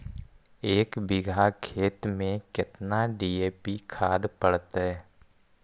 एक बिघा खेत में केतना डी.ए.पी खाद पड़तै?